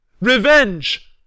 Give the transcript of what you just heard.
Revenge